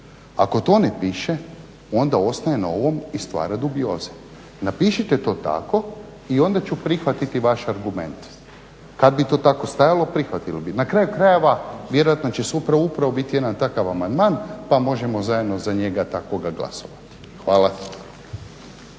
ako to ne piše onda ostaje na ovom i stvara dubioze. Napišite to tako i onda ću prihvatiti vaš argument. Kad bi to tako stajalo prihvatio bih. Na kraju krajeva vjerojatno će sutra upravo biti jedan takav amandman pa možemo zajedno za njega takvoga glasovati. Hvala.